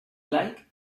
like